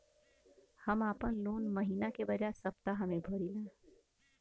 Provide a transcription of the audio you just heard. हम आपन लोन महिना के बजाय सप्ताह में भरीला